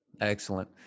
Excellent